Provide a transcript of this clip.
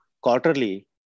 quarterly